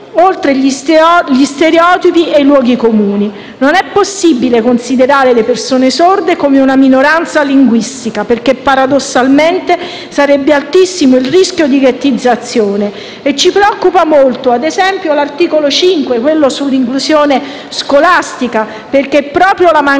oltre gli stereotipi e i luoghi comuni. Non è possibile considerare le persone sorde come una minoranza linguistica, perché paradossalmente sarebbe altissimo il rischio di ghettizzazione. Ci preoccupa molto, ad esempio, l'articolo 5 sull'inclusione scolastica, perché proprio la mancanza